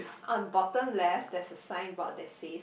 on bottom left there is a signboard there says